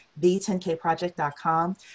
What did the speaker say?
the10kproject.com